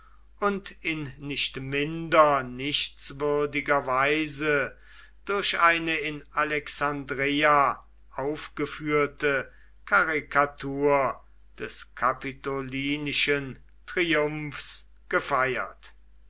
und in nicht minder nichtswürdiger weise durch eine in alexandreia aufgeführte karikatur des kapitolinischen triumphs gefeiert